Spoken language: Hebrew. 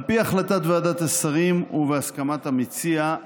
על פי החלטת ועדת השרים ובהסכמת המציע,